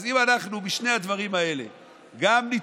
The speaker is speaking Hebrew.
אז אם אנחנו בשני הדברים האלה נתעורר,